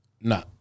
No